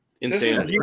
Insane